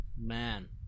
Man